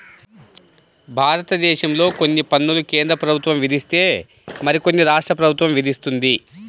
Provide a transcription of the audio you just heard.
భారతదేశంలో కొన్ని పన్నులు కేంద్ర ప్రభుత్వం విధిస్తే మరికొన్ని రాష్ట్ర ప్రభుత్వం విధిస్తుంది